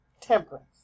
temperance